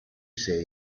say